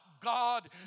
God